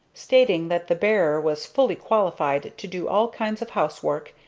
stating that the bearer was fully qualified to do all kinds of housework,